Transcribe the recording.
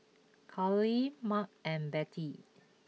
Carlyle Mack and Bette